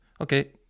Okay